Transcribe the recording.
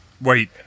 wait